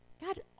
God